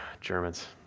germans